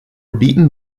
beaten